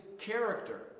character